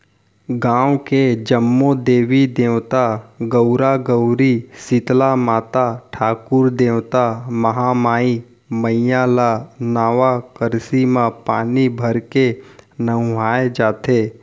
गाँव के जम्मो देवी देवता, गउरा गउरी, सीतला माता, ठाकुर देवता, महामाई मईया ल नवा करसी म पानी भरके नहुवाए जाथे